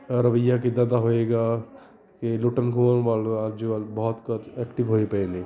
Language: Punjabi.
ਰਵੱਈਆ ਕਿੱਦਾਂ ਦਾ ਹੋਏਗਾ ਕਿ ਲੁੱਟਣ ਖੋਹਣ ਵਾਲਾ ਅੱਜ ਕੱਲ੍ਹ ਬਹੁਤ ਕੁਛ ਐਕਟਿਵ ਹੋਏ ਪਏ ਨੇ